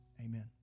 Amen